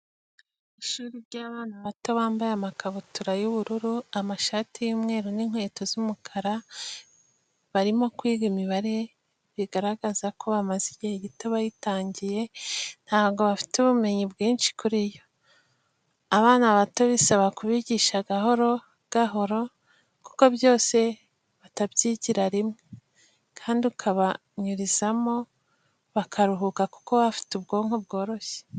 Ishuri ry'abana bato bambaye amakabutura y'ubururu, amashati y'umweru n'inkweto z'umukara, barimo kwiga imibare bigaragara ko bamaze igihe gito bayitangiye, ntabwo bafite ubumenyi bwinshi kuri yo. Abana bato bisaba kubigisha gahoro gahoro kuko byose batabyigira rimwe kandi ukabanyurizamo bakaruhuka kuko baba bafite ubwonko bworoshye.